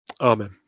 amen